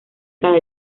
cada